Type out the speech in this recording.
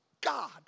God